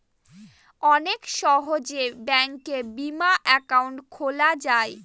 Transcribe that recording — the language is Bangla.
অনেক সহজে ব্যাঙ্কে বিমা একাউন্ট খোলা যায়